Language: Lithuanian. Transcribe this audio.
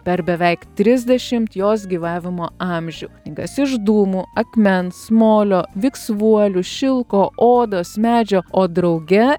per beveik trisdešimt jos gyvavimo amžių knygas iš dūmų akmens molio viksvuolių šilko odos medžio o drauge